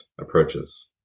approaches